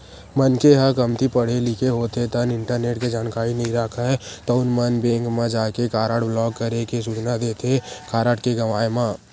मनखे ह कमती पड़हे लिखे होथे ता इंटरनेट के जानकारी नइ राखय तउन मन बेंक म जाके कारड ब्लॉक करे के सूचना देथे कारड के गवाय म